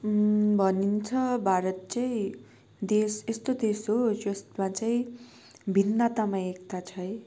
भनिन्छ भारत चाहिँ देश यस्तो देश हो जसमा चाहिँ भिन्नतामा एकता छ है